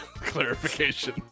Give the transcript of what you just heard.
clarification